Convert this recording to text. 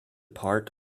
part